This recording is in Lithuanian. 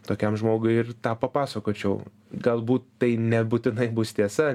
tokiam žmogui ir tą papasakočiau galbūt tai nebūtinai bus tiesa